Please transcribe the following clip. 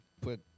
put